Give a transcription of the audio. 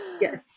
Yes